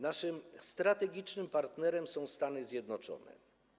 Naszym strategicznym partnerem są Stany Zjednoczone.